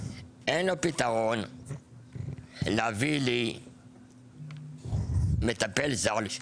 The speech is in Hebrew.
אין לו פתרון להביא לי מטפל זר לשבת,